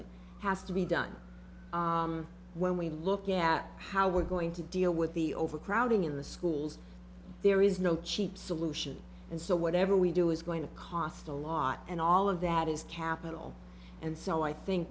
million has to be done when we look at how we're going to deal with the overcrowding in the schools there is no cheap solution and so whatever we do is going to cost a lot and all of that is capital and so i think